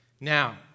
Now